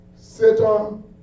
satan